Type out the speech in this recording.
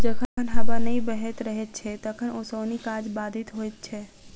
जखन हबा नै बहैत रहैत छै तखन ओसौनी काज बाधित होइत छै